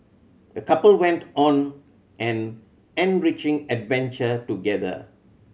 the couple went on an enriching adventure together